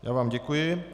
Já vám děkuji.